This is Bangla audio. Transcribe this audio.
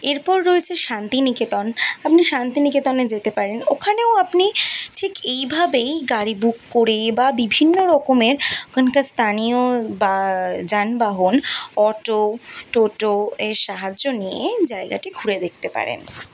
এরপর রয়েছে শান্তিনিকেতন আপনি শান্তিনিকেতনে যেতে পারেন ওখানেও আপনি ঠিক এইভাবেই গাড়ি বুক করে বা বিভিন্ন রকমের ওখানকার স্থানীয় বা যানবাহন অটো টোটো এর সাহায্য নিয়ে জায়গাটি ঘুরে দেখতে পারেন